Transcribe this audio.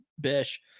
bish